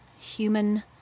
human